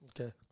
Okay